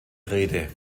rede